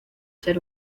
ser